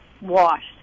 washed